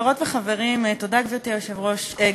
חברות וחברים, תודה, גברתי היושבת-ראש,